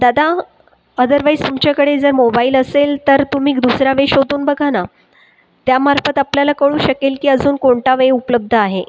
दादा अदरवाइज तुमच्याकडे जर मोबाईल असेल तर तुम्ही दुसरा वे शोधून बघा ना त्या मार्फत आपल्याला कळू शकेल की अजून कोणता वे उपलब्ध आहे